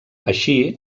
així